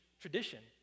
tradition